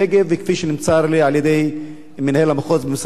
כפי שנמסר לי על-ידי מנהל המחוז במשרד הבריאות,